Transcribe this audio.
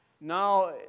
now